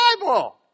Bible